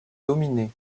dominé